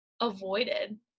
avoided